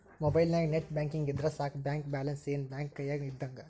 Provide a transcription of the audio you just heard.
ಮೊಬೈಲ್ನ್ಯಾಗ net banking ಇದ್ರ ಸಾಕ ಬ್ಯಾಂಕ ಬ್ಯಾಲೆನ್ಸ್ ಏನ್ ಬ್ಯಾಂಕ ಕೈಯ್ಯಾಗ ಇದ್ದಂಗ